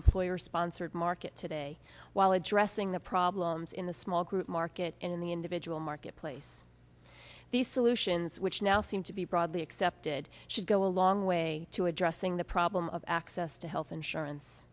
employer sponsored market today while addressing the problems in the small group market in the individual marketplace the solutions which now seem to be broadly accepted should go a long way to addressing the problem of access to health insurance